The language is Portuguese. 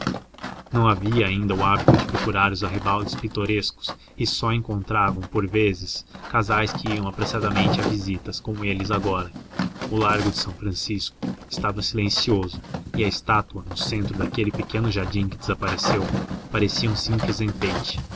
não havia o hábito de procurar os arrabaldes pitorescos e só encontravam por vezes casais que iam apressadamente a visitas como eles agora o largo de são francisco estava silencioso e a estátua no centro daquele pequeno jardim que desapareceu parecia um simples enfeite